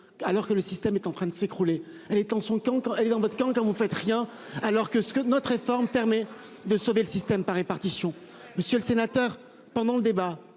alors que le système est en train de s'écrouler. Elle est en son quand quand elle est dans votre camp quand vous faites rien alors que ce que notre réforme permet de sauver le système par répartition. Monsieur le sénateur pendant le débat